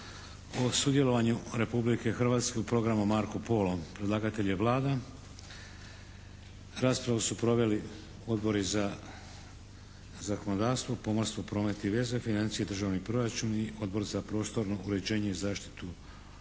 i drugo čitanje P.Z. br. 552; Predlagatelj je Vlada. Raspravu su proveli: Odbori za zakonodavstvo, pomorstvo, promet i veze, financije i državni proračun i Odbor za prostorno uređenje i zaštitu okoliša.